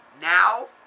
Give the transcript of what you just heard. now